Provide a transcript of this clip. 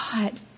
God